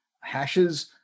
Hashes